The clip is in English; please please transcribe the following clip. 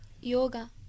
Yoga